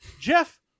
Jeff